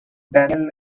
danielle